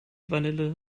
vanille